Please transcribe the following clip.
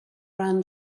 brown